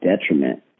detriment